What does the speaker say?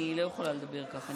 אני לא יכולה לדבר ככה,